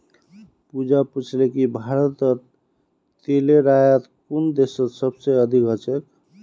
पूजा पूछले कि भारतत तेलेर आयात कुन देशत सबस अधिक ह छेक